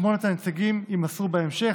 שמות הנציגים יימסרו בהמשך.